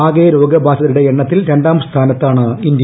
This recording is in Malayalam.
ആക്കെ രോഗബാധിതരുടെ എണ്ണത്തിൽ രണ്ടാം സ്സാൻനത്താണ് ഇന്ത്യ